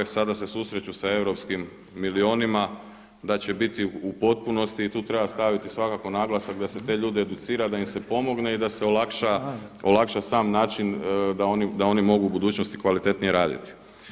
Sada se susreću sa europskim milijunima da će biti u potpunosti i tu treba staviti svakako naglasak da se te ljude educira da im se pomogne i da se olakša sam način da oni mogu u budućnosti kvalitetnije raditi.